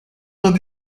vingt